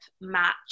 match